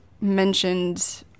mentioned